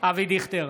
אבי דיכטר,